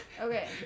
Okay